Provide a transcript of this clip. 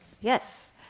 Yes